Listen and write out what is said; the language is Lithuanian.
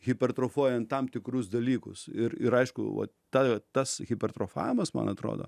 hipertrofuojant tam tikrus dalykus ir ir aišku va ta va tas hipertrofavimas man atrodo